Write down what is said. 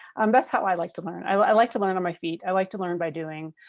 um that's how i like to learn i like to learn on my feet. i like to learn by doing.